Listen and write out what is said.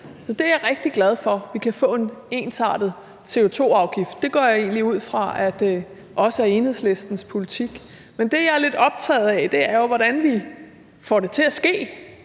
Så det er jeg rigtig glad for; vi kan få en ensartet CO2-afgift. Det går jeg egentlig ud fra også er Enhedslistens politik. Men det, jeg er lidt optaget, er jo, hvordan vi får det til at ske: